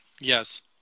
Yes